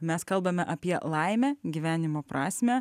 mes kalbame apie laimę gyvenimo prasmę